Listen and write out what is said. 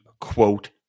quote